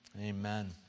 Amen